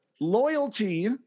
loyalty